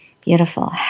Beautiful